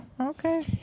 Okay